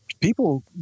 people